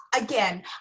again